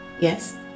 Yes